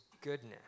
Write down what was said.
goodness